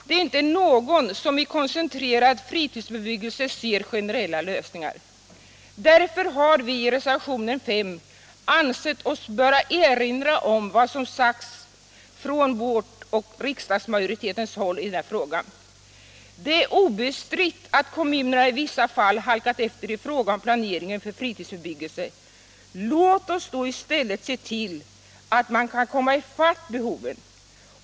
Det är inte någon som i koncentrerad fritidsbebyggelse ser generella lösningar. Därför har vi i reservationen 5 ansett oss böra erinra om vad som sagts från vårt och riksdagsmajoritetens håll i den här frågan. Det är obestritt att kommunerna i vissa fall halkat efter i fråga om planeringen för fritidsbyggande — låt oss då i stället se till att man kan komma ifatt behoven.